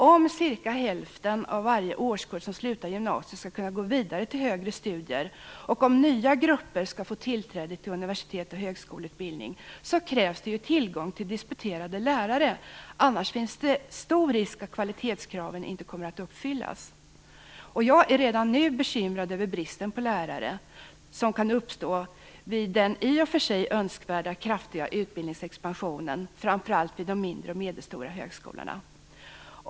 Om cirka hälften av varje årskurs som slutar gymnasiet skall kunna gå vidare till högra studier och om nya grupper skall få tillträde till universitets och högskoleutbildning, krävs det tillgång till disputerade lärare. Annars finns det stor risk för att kvalitetskraven inte kommer att uppfyllas. Jag är redan nu bekymrad över den brist på lärare som kan uppstå vid den i och för sig önskvärda kraftiga utbildningsexpansionen, framför allt vid de mindre och medelstora högskolorna.